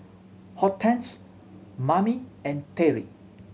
Hortense Mame and Terri